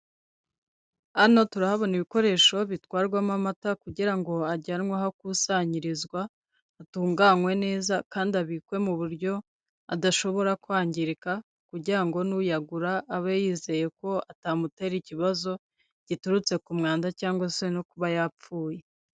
Hano turahabona ibikoresho bitwarwamo amata kugira ngo ajyanwe aho akusanyirizwa, atunganywe neza kandi abikwe mu buryo adashobora kwangirika. Kugira ngo n'uyagura abe yizeye ko atamutera ikibazo giturutse ku mwanda cyangwa se no kuba yapfuye.